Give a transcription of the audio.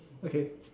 okay